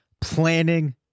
planning